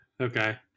Okay